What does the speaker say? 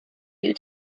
you